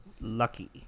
Lucky